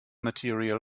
material